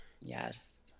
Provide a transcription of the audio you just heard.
yes